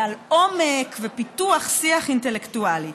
ועל עומק ופיתוח שיח אינטלקטואלי,